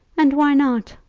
and why not?